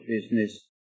business